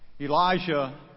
Elijah